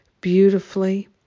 beautifully